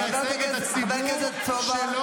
אתה מייצג את הבוחרים שלך,